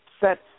set